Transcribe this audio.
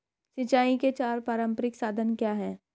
सिंचाई के चार पारंपरिक साधन क्या हैं?